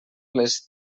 les